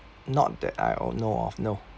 not that I o~ know of no